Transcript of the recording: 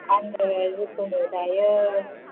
आंनो जिखुनु दायो